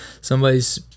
somebody's